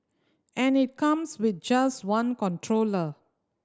and it comes with just one controller